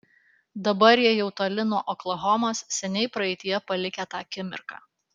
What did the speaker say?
dabar jie jau toli nuo oklahomos seniai praeityje palikę tą akimirką